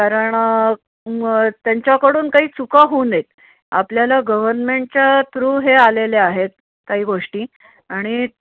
कारण त्यांच्याकडून काही चुका होऊ नयेत आपल्याला गवर्नमेंटच्या थ्रू हे आलेले आहेत काही गोष्टी आणि